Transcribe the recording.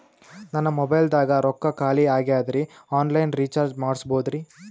ನನ್ನ ಮೊಬೈಲದಾಗ ರೊಕ್ಕ ಖಾಲಿ ಆಗ್ಯದ್ರಿ ಆನ್ ಲೈನ್ ರೀಚಾರ್ಜ್ ಮಾಡಸ್ಬೋದ್ರಿ?